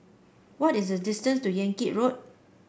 what is the distance to Yan Kit Road